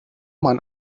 man